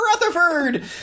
Rutherford